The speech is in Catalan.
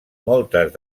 moltes